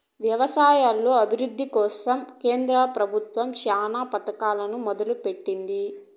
వ్యవసాయంలో అభివృద్ది కోసం కేంద్ర ప్రభుత్వం చానా పథకాలనే మొదలు పెట్టింది